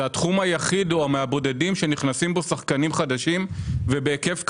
זה התחום היחיד או מהבודדים שנכנסים בו שחקנים חדשים ובהיקף כזה.